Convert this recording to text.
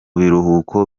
biruhuko